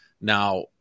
Now